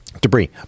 debris